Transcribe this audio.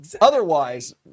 Otherwise